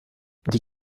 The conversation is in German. die